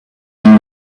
when